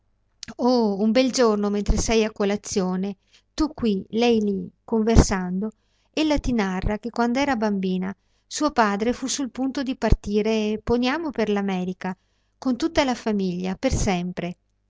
oh un bel giorno mentre sei a colazione tu qui lei lì conversando ella ti narra che quand'era bambina suo padre fu sul punto di partire poniamo per l'america con tutta la famiglia per sempre